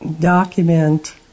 document